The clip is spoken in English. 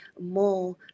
more